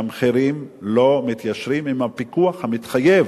שהמחירים לא מתיישרים עם הפיקוח המתחייב.